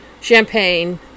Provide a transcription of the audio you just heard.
Champagne